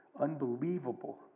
unbelievable